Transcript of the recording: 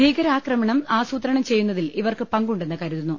ഭീകരാക്രണം ആസൂത്രണം ചെയ്യുന്നതിൽ ഇവർക്ക് പങ്കുണ്ടെന്ന് കരുതുന്നു